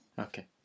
okay